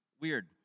Weird